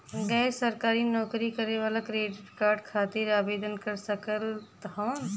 गैर सरकारी नौकरी करें वाला क्रेडिट कार्ड खातिर आवेदन कर सकत हवन?